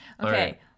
Okay